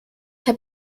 herr